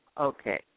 okay